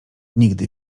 nigdy